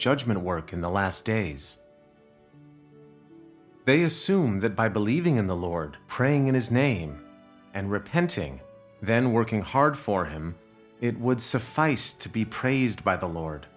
judgment work in the last days they assume that by believing in the lord praying in his name and repenting then working hard for him it would suffice to be praised by the lord